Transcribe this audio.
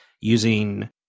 using